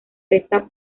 reza